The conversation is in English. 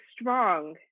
strong